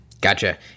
Gotcha